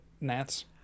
Nats